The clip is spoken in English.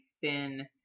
thin